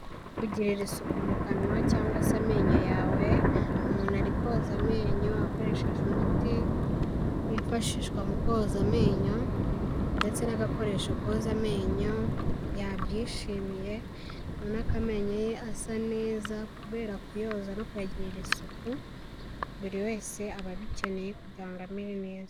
Kugirira isuku mu kanwa cyangwa se amenyo yawe, umuntu ari koza amenyo akoresheje umuti wifashishwa mu koza amenyo, ndetse n'agakoresho koza amenyo, yabyishimiye ubona ko amenyo ye asa neza, kubera kuyoza no kuyagirira isuku, buri wese aba abikeneye kugira ngo amenye neza.